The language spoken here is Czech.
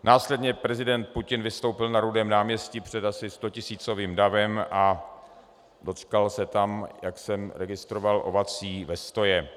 Následně prezident Putin vystoupil na Rudém náměstí před asi stotisícovým davem, dočkal se tam, jak jsem registroval, ovací vestoje.